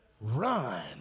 run